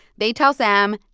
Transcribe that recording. they tell sam,